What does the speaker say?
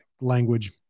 language